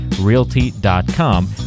realty.com